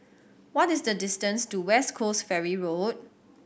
what is the distance to West Coast Ferry Road